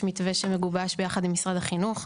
יש מתווה שמגובש יחד עם משרד החינוך.